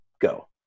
go